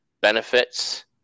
benefits